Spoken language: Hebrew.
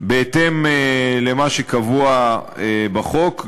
בהתאם למה שקבוע בחוק.